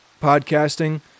podcasting